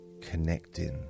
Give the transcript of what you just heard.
connecting